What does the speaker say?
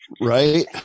right